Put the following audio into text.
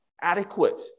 adequate